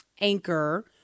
anchor